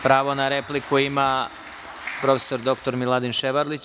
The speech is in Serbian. Pravo na repliku ima prof. dr Miladin Ševarlić.